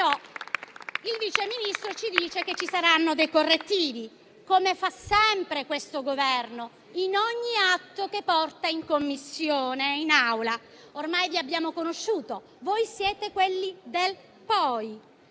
però il Vice Ministro ci dice che ci saranno dei correttivi, come fa sempre questo Governo, in ogni atto che porta in Commissione e in Aula. Ormai vi abbiamo conosciuto, infatti: voi siete quelli del "poi"